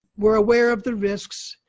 we're aware of the risks.